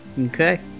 Okay